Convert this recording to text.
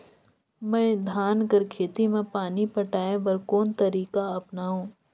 मैं धान कर खेती म पानी पटाय बर कोन तरीका अपनावो?